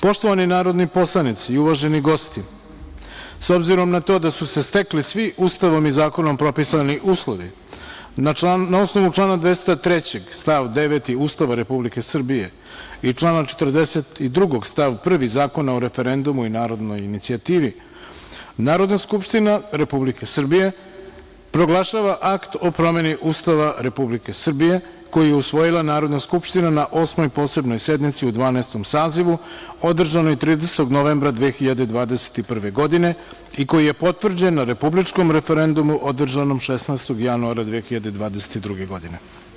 Poštovani narodni poslanici i uvaženi gosti, s obzirom na to da su se stekli svi Ustavom i zakonom propisani uslovi, na osnovu člana 203. stav 9. Ustava Republike Srbije i člana 42. stav 1. Zakona o referendumu i narodnoj inicijativi Narodna skupština Republike Srbije proglašava Akt o promeni Ustava Republike Srbije koji je usvojila Narodna skupština na Osmoj posebnoj sednici u Dvanaestom sazivu, održanoj 30. novembra 2021. godine, i koji je potvrđen na republičkom referendumu održanom 16. januara 2022. godine.